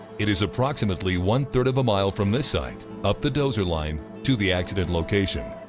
it is approximately one-third of a mile from this site up the dozer line to the accident location.